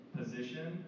position